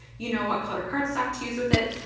you know what color cardstock to use with it.